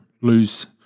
lose